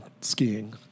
skiing